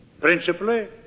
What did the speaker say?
Principally